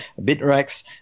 Bitrex